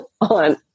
on